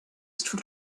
for